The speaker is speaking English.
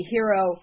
Hero